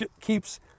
keeps